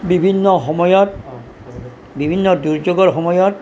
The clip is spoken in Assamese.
বিভিন্ন সময়ত বিভিন্ন দুৰ্যোগৰ সময়ত